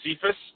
Cephas